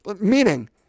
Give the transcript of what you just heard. Meaning